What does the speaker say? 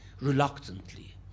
reluctantly